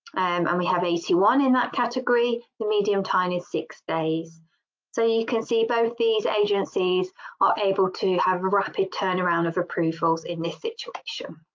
um and we have eighty one in that category, the medium time frame is six days so you can see both these agencies are able to have a rapid turnaround of approvals in this situation.